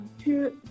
two